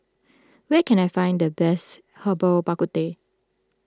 where can I find the best Herbal Bak Ku Teh